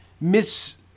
miss